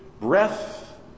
breath